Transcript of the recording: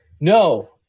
No